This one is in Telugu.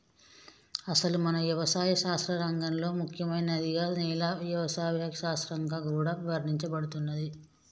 అసలు మన యవసాయ శాస్త్ర రంగంలో ముఖ్యమైనదిగా నేల యవసాయ శాస్త్రంగా కూడా వర్ణించబడుతుంది